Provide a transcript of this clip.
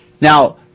Now